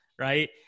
Right